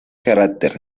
carácter